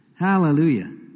Hallelujah